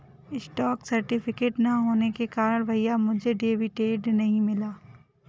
stock certificate ना होने के कारण भैया मुझे डिविडेंड नहीं मिला